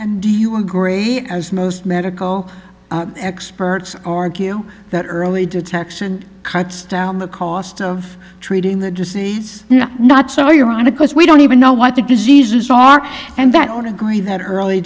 was do you agree as most medical experts argue that early detection cuts down the cost of treating the disease not so ironic because we don't even know what the diseases are and that i don't agree that early